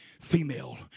Female